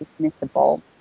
dismissible